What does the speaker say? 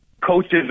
coaches